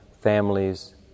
families